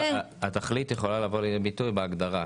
התכלית יכולה לבוא לידי ביטוי בהגדרה.